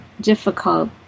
difficult